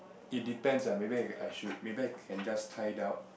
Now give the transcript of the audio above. it depends ah maybe I should maybe I can just try it out